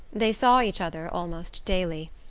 they saw each other almost daily,